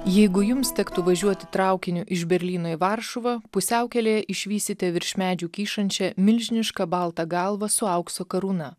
jeigu jums tektų važiuoti traukiniu iš berlyno į varšuvą pusiaukelėje išvysite virš medžių kyšančią milžinišką baltą galvą su aukso karūna